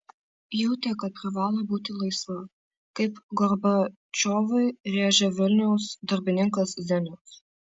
jautė kad privalo būti laisva kaip gorbačiovui rėžė vilniaus darbininkas zenius